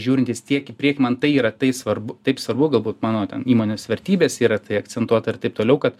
žiūrintis tiek į priekį man tai yra tai svarb taip svarbu galbūt mano įmonės vertybės yra tai akcentuot ir taip toliau kad